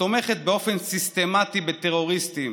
שתומכת באופן סיסטמטי בטרוריסטים,